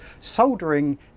soldering